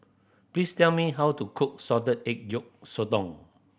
please tell me how to cook salted egg yolk sotong